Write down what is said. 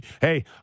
Hey